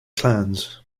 clans